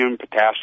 potassium